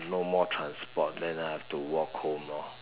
no more transport then I have to walk home lor